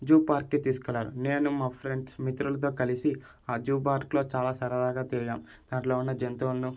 జూపార్క్కి తీసుకువెళ్లారు నేను మా ఫ్రెండ్స్ మిత్రులతో కలిసి ఆ జూ పార్క్లో చాలా సరదాగా తిరిగాము దాంట్లో ఉన్న జంతువులను